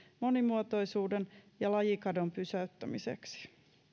monimuotoisuuden säilyttämiseksi ja lajikadon pysäyttämiseksi